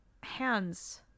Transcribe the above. hands